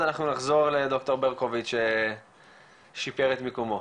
אנחנו נחזור לד"ר ברקוביץ ששיפר את מיקומו.